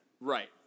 right